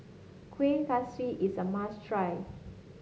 Kueh Kaswi is a must try